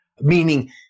meaning